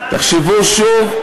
תחשבו שוב.